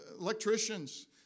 electricians